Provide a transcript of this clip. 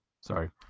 Sorry